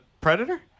Predator